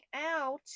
out